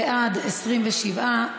בעד, 27,